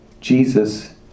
Jesus